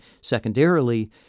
secondarily